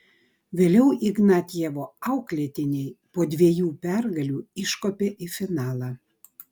vėliau ignatjevo auklėtiniai po dviejų pergalių iškopė į finalą